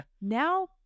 now